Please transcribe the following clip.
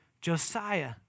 Josiah